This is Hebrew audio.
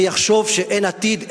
שיחשוב שאין עתיד,